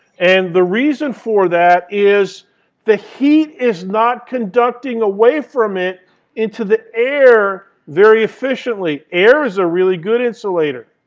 and the reason for that is the heat is not conducting away from it into the air very efficiently. air is a really good insulator.